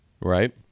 Right